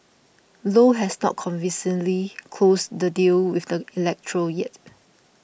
low has not convincingly closed the deal with the electro yet